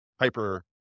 hyper